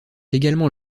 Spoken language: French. également